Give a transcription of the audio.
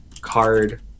card